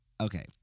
okay